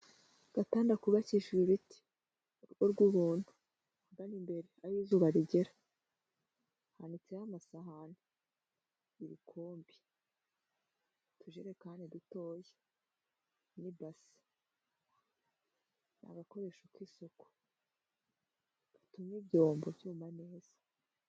Agatanda kubakishijwe ibiti, urugo rw'umuntu ahagana imbere aho izuba rigera, hanitseho amasahani, n'ibikombe n'utujerekan dutoya, n'ibase agakoresho k'isuku, ndetse n'ibyombo.